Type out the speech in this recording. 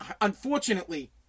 Unfortunately